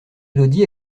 élodie